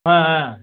ஆ ஆ